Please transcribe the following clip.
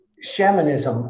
Shamanism